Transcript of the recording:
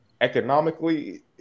economically